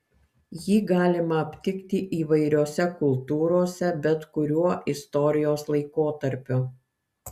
jį galima aptikti įvairiose kultūrose bet kuriuo istorijos laikotarpiu